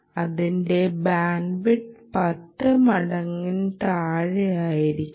അതിന്റെ ബാൻഡ്വിഡ്ത്ത് പത്ത് മടങ്ങങ്കിലും താഴെയായിരിക്കണം